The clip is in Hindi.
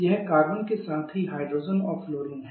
यह कार्बन के साथ ही हाइड्रोजन और फ्लोरीन है